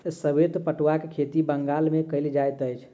श्वेत पटुआक खेती बंगाल मे कयल जाइत अछि